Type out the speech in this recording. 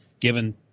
given